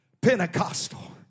Pentecostal